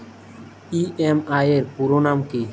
EMI এর পুরোনাম কী?